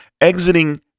exiting